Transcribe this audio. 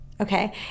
Okay